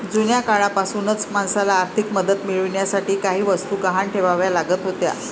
जुन्या काळापासूनच माणसाला आर्थिक मदत मिळवण्यासाठी काही वस्तू गहाण ठेवाव्या लागत होत्या